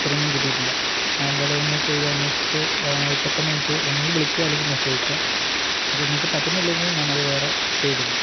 ഉത്തരമൊന്നും കിട്ടിയിട്ടില്ല ആ എന്തായാലും അതൊന്ന് ചെയ്ത് അന്വേഷിച്ചിട്ട് ഇപ്പോള്ത്തന്നെ എനിക്ക് ഒന്നുകില് വിളിക്കുക അല്ലെങ്കില് മെസ്സേജ് അയക്കുക അത് നിങ്ങള്ക്ക് പറ്റുന്നില്ലെങ്കില് ഞാനത് വേറെ ചെയ്തിടും